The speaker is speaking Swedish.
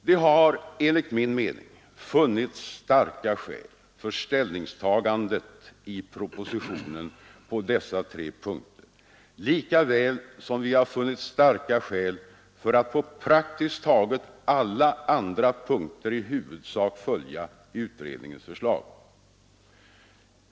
Det har enligt min mening funnits starka skäl för ställningstagandet i propositionen på dessa tre punkter, lika väl som vi har funnit starka skäl för att på praktiskt taget alla andra punkter i huvudsak följa utredningens förslag.